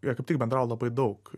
jie kaip tik bendrauja labai daug